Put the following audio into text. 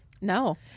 no